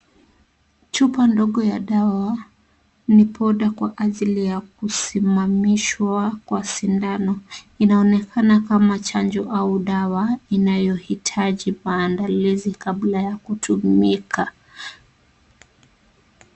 Chupa ndogo ya dawa ni bora kwa ajili ya kusimamishwa kwa sindano, Inaonekana kama chanjo au dawa inayohitaji maandalizi kabla ya kutumika,